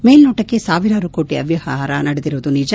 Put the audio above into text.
ಮೇಲ್ನೋಟಕ್ಕೆ ಸಾವಿರಾರು ಕೋಟಿ ಅವ್ಯವಹಾರ ನಡೆದಿರೋದು ನಿಜ